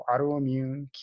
autoimmune